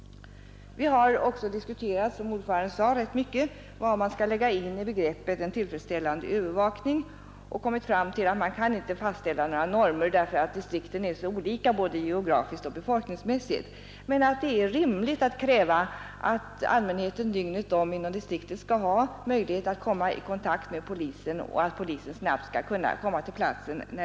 Som utskottets ordförande sade har vi rätt mycket diskuterat vad man skall lägga in i begreppet ”en tillfredsställande övervakning” och kommit fram till att man inte kan fastställa några normer därför att distrikten är så olika både geografiskt och befolkningsmässigt. Det är dock rimligt att kräva att allmänheten i distriktet dygnet om skall ha möjlighet att komma i kontakt med polisen och att denna när det behövs snabbt skall kunna komma till platsen.